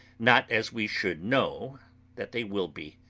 not as we should know that they will be.